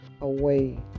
away